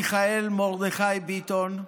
מיכאל מרדכי ביטון,